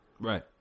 Right